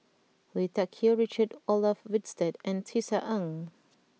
Lui Tuck Yew Richard Olaf Winstedt and Tisa Ng